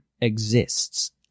exists